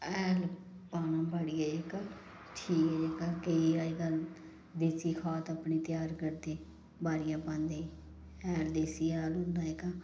हैल पाना बाड़ियै जेह्का ठीक जेह्का केईं अज्जकल देसी खाद अपनी त्यार करदे बाड़ियै पांदे हैल देसी हैल होंदा जेह्का